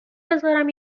بذارم